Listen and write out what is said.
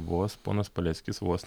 vos ponas paleckis vos